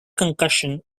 concussion